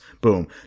Boom